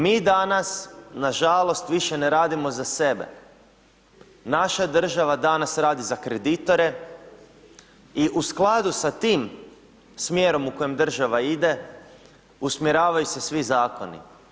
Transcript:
Mi danas nažalost više ne radimo za sebe, naša država danas radi za kreditore i u skladu sa tim smjerom u kojem država ide usmjeravaju se svi zakoni.